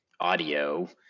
audio